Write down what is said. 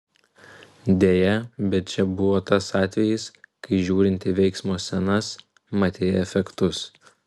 deja bet čia buvo tas atvejis kai žiūrint į veiksmo scenas matei efektus